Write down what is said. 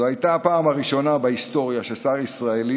זו הייתה הפעם הראשונה בהיסטוריה ששר ישראלי